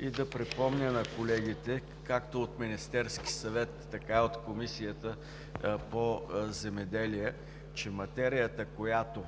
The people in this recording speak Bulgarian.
и да припомня на колегите както от Министерския съвет, така и от Комисията по земеделието и храните, че материята, която